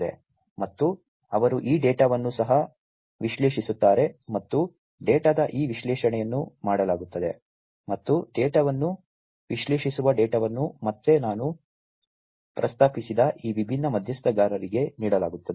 ಮತ್ತು ಅವರು ಈ ಡೇಟಾವನ್ನು ಸಹ ವಿಶ್ಲೇಷಿಸುತ್ತಾರೆ ಮತ್ತು ಡೇಟಾದ ಈ ವಿಶ್ಲೇಷಣೆಯನ್ನು ಮಾಡಲಾಗುತ್ತದೆ ಮತ್ತು ಡೇಟಾವನ್ನು ವಿಶ್ಲೇಷಿಸುವ ಡೇಟಾವನ್ನು ಮತ್ತೆ ನಾನು ಪ್ರಸ್ತಾಪಿಸಿದ ಈ ವಿಭಿನ್ನ ಮಧ್ಯಸ್ಥಗಾರರಿಗೆ ನೀಡಲಾಗುತ್ತದೆ